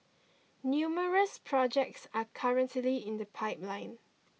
numerous projects are currently in the pipeline